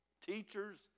teachers